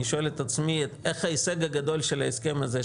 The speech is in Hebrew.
אני שואל את עצמי איך ההישג הגדול של ההסכם הזה,